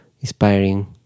Inspiring